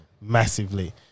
Massively